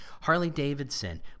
Harley-Davidson